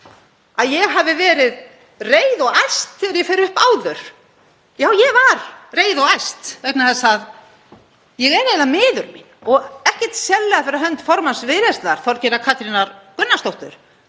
að ég hafi verið reið og æst þegar ég fór upp áður. Já, ég var reið og æst vegna þess að ég er eiginlega miður mín og ekkert sérlega fyrir hönd formanns Viðreisnar, Þorgerðar Katrínar Gunnarsdóttur,